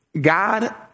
God